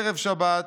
ערב שבת,